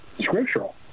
scriptural